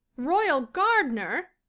royal gardner!